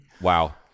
Wow